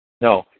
No